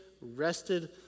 rested